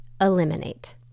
eliminate